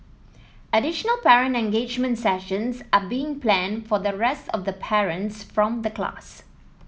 additional parent engagement sessions are being planned for the rest of the parents from the class